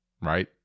right